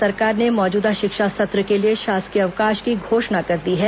राज्य सरकार ने मौजूदा शिक्षा सत्र के लिए शासकीय अवकाश की घोषणा कर दी है